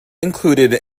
included